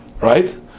right